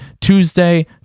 Tuesday